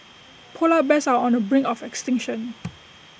Polar Bears are on the brink of extinction